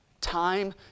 Time